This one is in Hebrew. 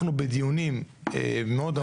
אנחנו בדיונים מאוד ארוכים.